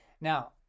Now